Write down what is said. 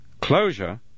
Closure